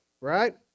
right